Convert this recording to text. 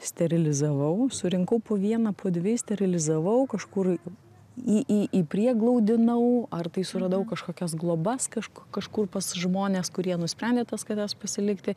sterilizavau surinkau po vieną po dvi sterilizavau kažkur į į įprieglaudinau ar tai suradau kažkokias globas kažk kažkur pas žmones kurie nusprendė tas kates pasilikti